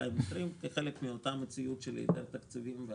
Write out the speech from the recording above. כחלק מאותה מציאות של היעדר תקציבים.